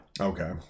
okay